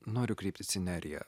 noriu kreiptis į neriją